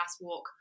walk